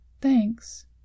Thanks